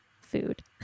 food